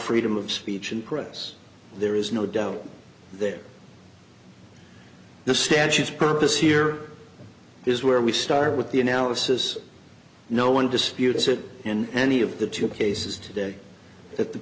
freedom of speech and press there is no doubt that the statutes purpose here is where we start with the analysis no one disputes that in any of the two cases today that the